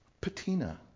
patina